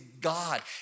God